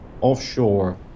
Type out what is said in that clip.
Offshore